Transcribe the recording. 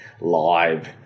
live